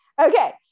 Okay